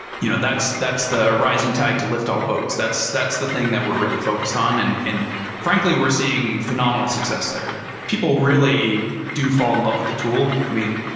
you know that's that's the rising tide to lift all boats. that's that's the thing that we're really focused on. and and frankly, we're seeing phenomenal success there. people really do fall in love with the tool. i mean,